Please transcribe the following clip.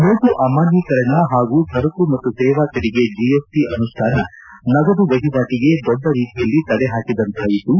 ಸೋಟು ಅಮಾನ್ಲೀಕರಣ ಹಾಗೂ ಸರಕು ಮತ್ತು ಸೇವಾ ತೆರಿಗೆ ಜೆಎಸ್ಟಿ ಅನುಷ್ಲಾನ ನಗದು ವಹಿವಾಟಿಗೆ ದೊಡ್ಡ ರೀತಿಯಲ್ಲಿ ತಡೆ ಹಾಕಿದಂತಾಯಿತು